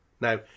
Now